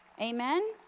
amen